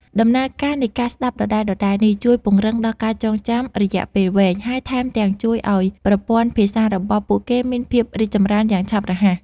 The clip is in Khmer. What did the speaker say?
ដំណើរការនៃការស្ដាប់ដដែលៗនេះ ជួយពង្រឹងដល់ការចងចាំរយៈពេលវែង ហើយថែមទាំងជួយឱ្យប្រព័ន្ធភាសារបស់ពួកគេមានភាពរីកចម្រើនយ៉ាងឆាប់រហ័ស